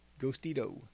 Ghostito